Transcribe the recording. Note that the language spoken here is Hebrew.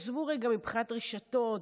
עזבו רגע מבחינת רשתות,